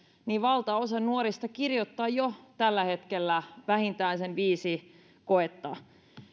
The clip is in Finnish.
valtaosa nuorista kirjoittaa jo tällä hetkellä vähintään sen viisi koetta